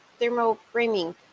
thermoframing